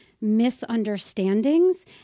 misunderstandings